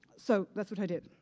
so that's what i did.